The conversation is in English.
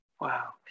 Wow